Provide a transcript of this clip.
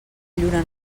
lluna